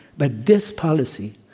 but this policy,